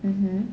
mmhmm